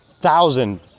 thousand